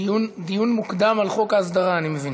דיון מוקדם על חוק ההסדרה, אני מבין.